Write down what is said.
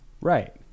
Right